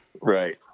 Right